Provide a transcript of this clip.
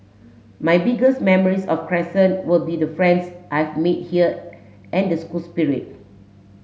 my biggest memories of Crescent will be the friends I've made here and the school spirit